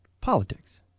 politics